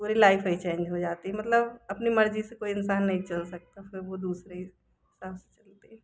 पूरी लाइफ़ ही चेंज हो जाती है मतलब अपनी मर्ज़ी से कोई इंसान नहीं चल सकता फिर वह दूसरी इंसान से